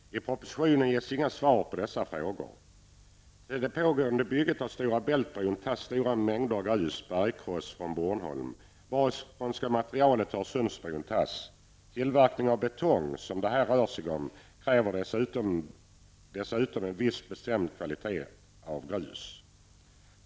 I propositionen ges inga svar på dessa frågor. Till det pågående bygget av Stora Bältbron tas stora mängder grus, bergkross, från Bornholm. Varifrån skall materialet till Öresundsbron tas? Tillverkning av betong, som det här rör sig om, kräver dessutom en viss bestämd kvalitet av grus.